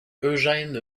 eugène